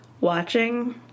watching